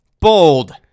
Bold